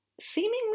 seemingly